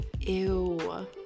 ew